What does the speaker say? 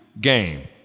game